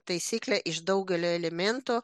taisyklė iš daugelio elementų